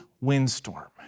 windstorm